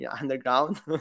underground